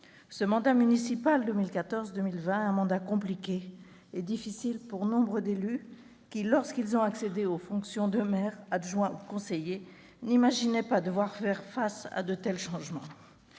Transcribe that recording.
Le mandat municipal 2014-2020 est compliqué et difficile pour nombre d'élus, qui, lorsqu'ils ont accédé aux fonctions de maire, adjoint ou conseiller, n'imaginaient pas devoir faire face à de tels changements.